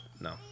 No